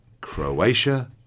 Croatia